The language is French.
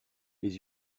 les